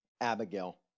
Abigail